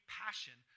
passion